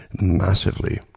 Massively